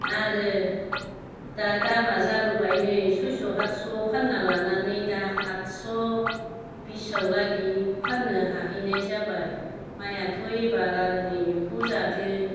आरो दा दामा जाबोबाय नै साइस' हातस'आव फान्ना लानानै दा आतस' बिस'आव लागै फानो हाहैनाय जाबाय माइयाथ' एबार आरो नै एम्फौ जादो